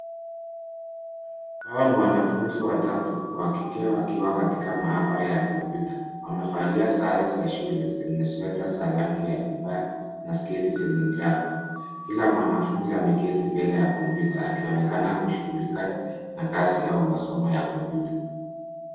Hawa ni wanafunzi watatu wa kike wakiwa katika maabara ya kompyuta. Wamevalia sare za shule zenye sweta za rangi ya kifaa na sketi za miraba. Kila mwanafunzi ameketi mbele ya kompyuta akionekana kushughulika na kazi au masomo ya kompyuta.